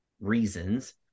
reasons